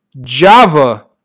Java